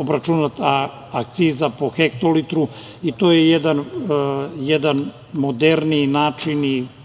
obračunata akciza po hektolitru. To je jedan moderniji način i